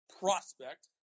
prospect